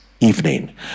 evening